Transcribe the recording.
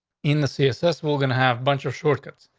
in the css, we're gonna have bunch of shortcuts.